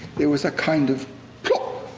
there was a kind of plop